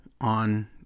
on